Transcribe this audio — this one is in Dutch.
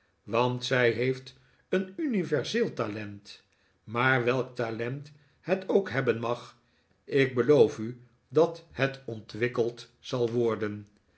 want zij heeft een universeel talent maar welk talent het ook hebben mag ik beloof u dat het ontwikkeld zal worden